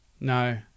No